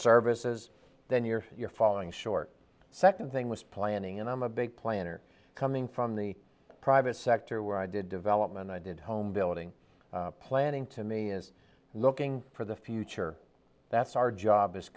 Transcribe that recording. services then you're falling short second thing was planning and i'm a big planner coming from the private sector where i did development i did home building planning to me is looking for the future that's our job